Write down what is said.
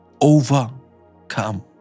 Overcome